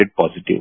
positive